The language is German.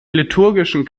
liturgischen